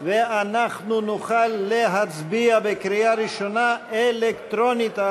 ואנחנו נוכל להצביע בקריאה ראשונה, אלקטרונית.